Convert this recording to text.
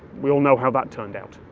we all know how that turned out.